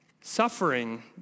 Suffering